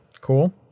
Cool